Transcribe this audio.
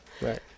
Right